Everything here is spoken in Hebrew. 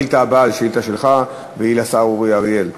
השאילתה הבאה היא שאילתה שלך והיא לשר אורי אריאל.